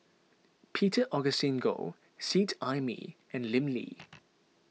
Peter Augustine Goh Seet Ai Mee and Lim Lee